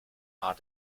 are